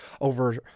over